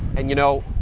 and you know,